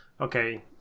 okay